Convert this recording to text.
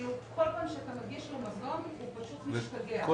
כאילו כל פעם שאתה מגיש לו מזון, הוא פשוט משתגע.